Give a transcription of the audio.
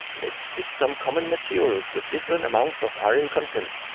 let's test some common materials with different amounts of iron content.